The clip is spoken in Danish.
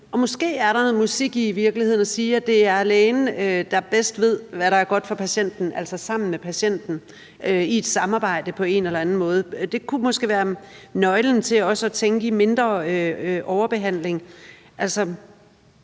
er noget musik i at sige, at det er lægen, der bedst ved, hvad der er godt for patienten, altså i et samarbejde sammen med patienten på en eller anden måde, og det kunne måske også være nøglen til at tænke i mindre overbehandling. Når